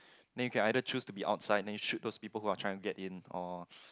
then you can either choose to be outside then you shoot those people who are trying get in or